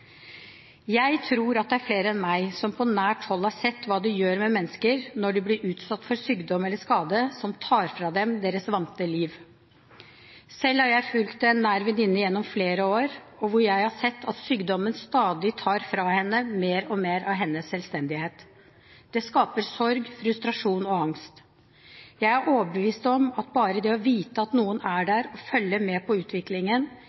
Jeg tror det er flere enn meg som på nært hold har sett hva det gjør med mennesker når de blir utsatt for sykdom eller skade som tar fra dem deres vante liv. Selv har jeg fulgt en nær venninne gjennom flere år, og jeg har sett at sykdommen stadig tar fra henne mer og mer av hennes selvstendighet. Det skaper sorg, frustrasjon og angst. Jeg er overbevist om at bare det å vite at noen er der og følger med på utviklingen,